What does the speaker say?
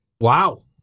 Wow